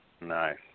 Nice